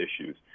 issues